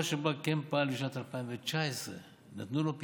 שבה כן פעל בשנת 2019. נתנו לו פתרון.